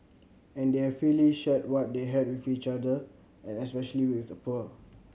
and they have freely shared what they had with each other and especially with the poor